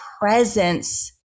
presence